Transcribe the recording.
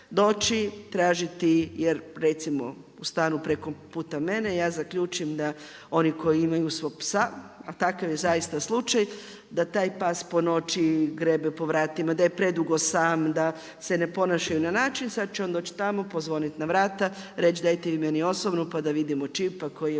doći, tražiti, jer recimo, u stanu preko puta mene, ja zaključim, oni koji imaju svog psa, a takav je zaista slučaj, da taj pas po noći grebe po vratima, da je predugo sam, da se ne ponašaju na način. Sad će on doći tamo, pozvoniti na vrata, reći dajte vi meni osobnu, pa da vidimo čip, pa koji je